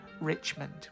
Richmond